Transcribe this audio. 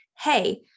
hey